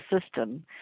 system